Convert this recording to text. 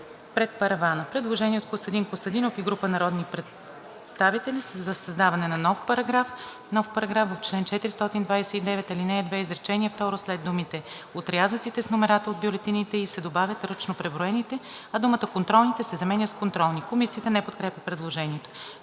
„пред паравана“. Предложение от Костадин Костадинов и група народни представители: Създава се нов §...:„§... В чл. 429, ал. 2, изречение второ след думите „Отрязъците с номерата от бюлетините и“ се добавя „ръчно преброените“, а думата „ контролните“ се заменя с „контролни“. Комисията не подкрепя предложението.